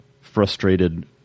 frustrated